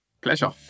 Pleasure